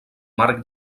marc